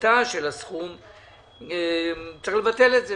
מהסכום וצריך לבטל את זה,